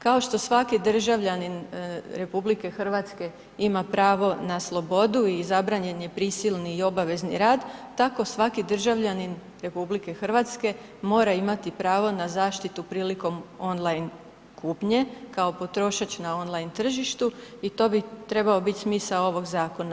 Kao što svaki državljanin RH ima pravo na slobodu i zabranjen je prisilni i obavezni rad tako svaki državljanin RH mora imati pravo na zaštitu prilikom on line kupnje kao potrošač na on line tržištu i to bi trebao biti smisao ovog zakona.